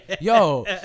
Yo